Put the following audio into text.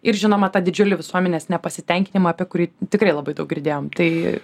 ir žinoma tą didžiulį visuomenės nepasitenkinimą apie kurį tikrai labai daug girdėjom tai